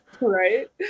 Right